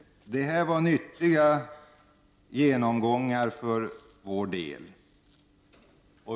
Det här var nyttiga genomgångar för vår del.